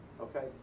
okay